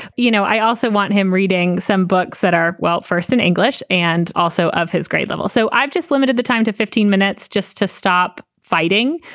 you know, i also want him reading some books that are well versed in english and also of his grade level. so i've just limited the time to fifteen minutes just to stop fighting.